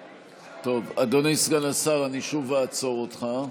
טוב, אדוני סגן השר, אני שוב אעצור אותך.